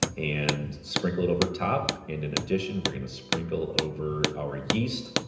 and sprinkle it over top. and in addition, we're gonna sprinkle over our yeast.